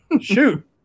shoot